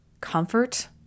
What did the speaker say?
Comfort